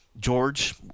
George